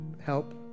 help